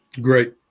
Great